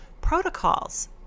protocols